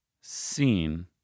seen